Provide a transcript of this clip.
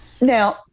Now